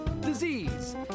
disease